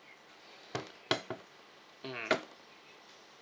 mm